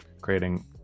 creating